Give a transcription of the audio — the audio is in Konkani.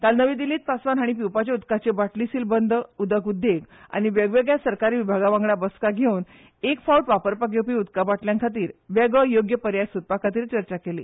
काल नवी दिल्लीत पासवान हाणी पिवपाचे उदकाचे बाटली सिल बंद उदक उददे्ग आनी वेगवेगळ्या सरकारी विभागा वांगडा बसका घेवन एक फावट वापरपाक येवपी उदका बाटल्यां खातीर वेगळो योग्य पर्याय सोदपा खातीर चर्चा केली